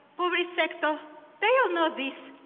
public sector they all know this,